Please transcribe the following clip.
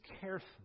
carefully